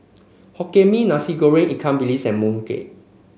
Hokkien Mee Nasi Goreng Ikan Bilis and mooncake